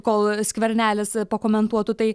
kol skvernelis pakomentuotų tai